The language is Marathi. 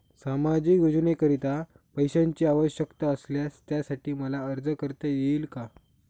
सामाजिक योजनेकरीता पैशांची आवश्यकता असल्यास त्यासाठी मला अर्ज करता येईल का?